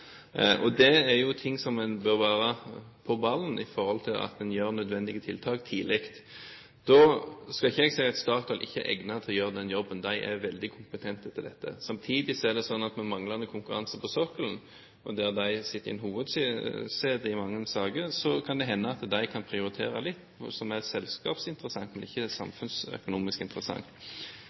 Og her bør en være «på ballen» i forhold til at en gjør nødvendige tiltak tidlig. Jeg skal ikke si at Statoil ikke er egnet til å gjøre den jobben; de er veldig kompetente til dette. Samtidig er det sånn at med manglende konkurranse på sokkelen – de sitter i hovedsetet i mange saker – kan det hende at de kan prioritere litt som er selskapsinteressant, men ikke samfunnsøkonomisk interessant.